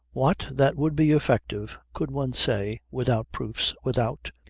what, that would be effective, could one say, without proofs, without.